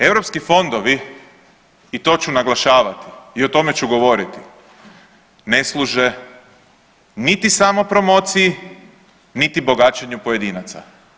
Europski fondovi i to ću naglašavati i o tome ću govoriti, ne služe niti samo promociji, niti bogaćenju pojedinaca.